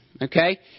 okay